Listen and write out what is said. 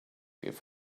give